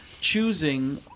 choosing